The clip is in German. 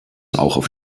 auf